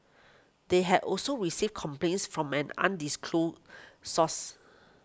they had also received complaints from an undisclosed source